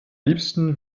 liebsten